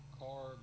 car